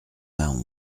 vingt